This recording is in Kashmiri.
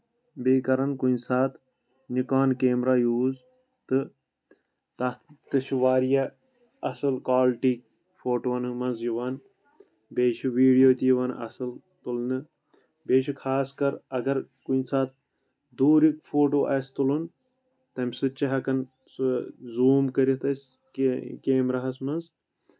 بیٚیہِ کران کُنہِ ساتہٕ نَکان کیمرا یوٗز تہٕ تَتھ تہِ چھُ واریاہ اَصٕل کالٹی فوٹوٗوَن منٛز یِوان بیٚیہِ چھُ ویٖڈیو تہِ یِوان اَصٕل تُلنہٕ بیٚیہِ چھُ خاص کر اَگر کُنہِ ساتہٕ دوٗریُک فوٹو آسہِ تُلُن تَمہِ سۭتۍ چھُ ہٮ۪کان سُہ زوٗم کٔرِتھ أسۍ کیم کیمراہَس منٛز